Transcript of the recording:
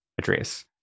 address